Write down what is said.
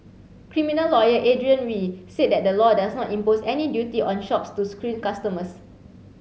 criminal lawyer Adrian Wee said that the law does not impose any duty on shops to screen customers